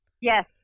Yes